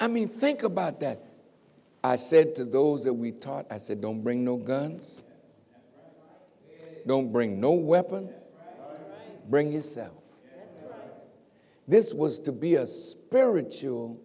i mean think about that i said to those that we taught i said don't bring no guns don't bring no weapon bring yourself this was to be a spiritual